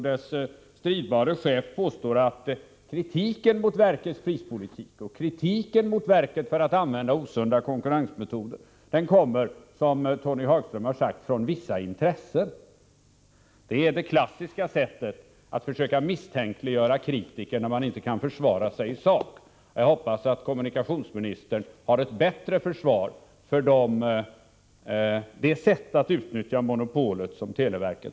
Dess stridbare chef Tony Hagström påstår att kritiken mot verkets prispolitik och kritiken mot verket för att använda osunda konkurrensmetoder kommer från vissa intressen. Detta är det klassiska sättet att misstänkliggöra kritiker, då man inte kan försvara sig i sak. Jag hoppas att kommunikationsministern har ett bättre försvar för televerkets sätt att utnyttja monopolet.